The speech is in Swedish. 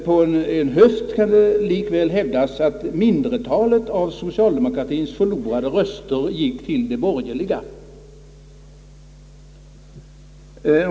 På en höft kan det likväl hävdas att mindretalet av socialdemokratiens förlorade röster gick till de borgerliga.